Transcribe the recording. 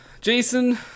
Jason